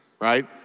Right